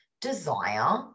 desire